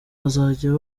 bazajya